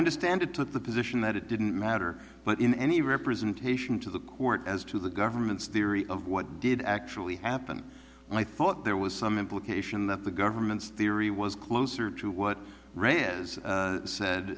a standard took the position that it didn't matter but in any representation to the court as to the government's theory of what did actually happen and i thought there was some implication that the government's theory was closer to what is said